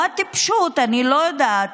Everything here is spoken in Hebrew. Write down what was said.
או הטיפשות, אני לא יודעת,